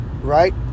Right